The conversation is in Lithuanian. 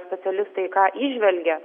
specialistai ką įžvelgia